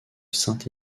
sainte